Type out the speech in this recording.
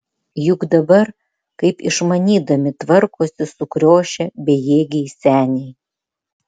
juk dabar kaip išmanydami tvarkosi sukriošę bejėgiai seniai